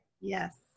Yes